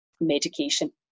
medication